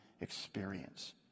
experience